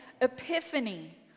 epiphany